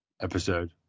episode